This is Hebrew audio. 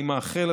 אני מאחל,